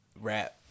rap